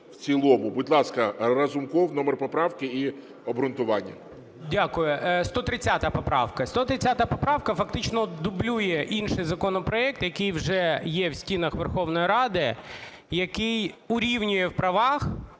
в цілому. Будь ласка, Разумков, номер поправки і обґрунтування. 12:58:39 РАЗУМКОВ Д.О. Дякую. 130 поправка. 130 поправка фактично дублює інший законопроект, який вже є в стінах Верховної Ради, який урівнює в правах